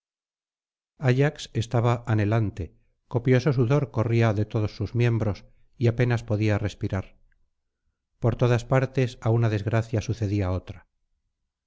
ayax estaba anhelante copioso sudor corría de todos sus miembros y apenas podía respirar por todas partes á una desgracia sucedía otra